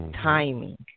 timing